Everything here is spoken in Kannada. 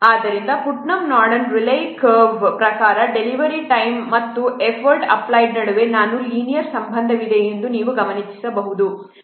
ಆದ್ದರಿಂದ ಪುಟ್ನಮ್ ನಾರ್ಡೆನ್ ರೇಲೈ ಕರ್ವ್ ಪ್ರಕಾರ ಡೆಲಿವರಿ ಟೈಮ್ ಮತ್ತು ಎಫರ್ಟ್ ಅಪ್ಲೈಡ್ ನಡುವೆ ನಾನ್ ಲೀನಿಯರ್ ಸಂಬಂಧವಿದೆ ಎಂದು ನೀವು ಗಮನಿಸಬಹುದು